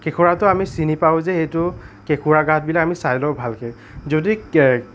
কেঁকোৰাটো আমি চিনি পাওঁ যে সেইটো কেঁকোৰা গাঁতবিলাক আমি চাই লওঁ ভালকৈ যদি কে